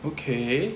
okay